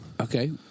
Okay